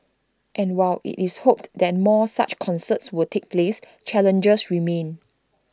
and while IT is hoped that more such concerts will take place challenges remain